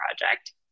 project